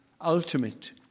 ultimate